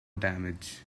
damage